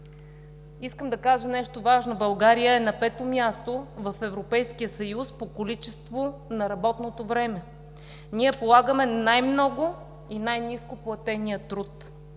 Искам да кажа нещо важно. България е на пето място в Европейския съюз по количество на работното време. Ние полагаме най-много и най-нископлатения труд.